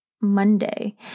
Monday